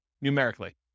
numerically